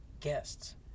guests